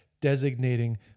designating